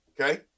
okay